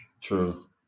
True